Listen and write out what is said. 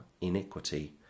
iniquity